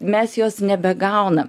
mes jos nebegaunam